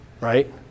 right